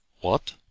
What